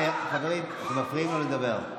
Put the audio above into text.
חברים, אתם מפריעים לו לדבר.